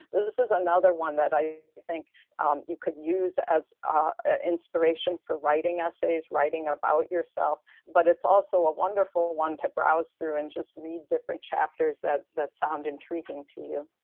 this is another one that i think you could use as inspiration for writing essays, writing about yourself. but it's also a wonderful one to browse through, and just read different chapters that that sound intriguing to you.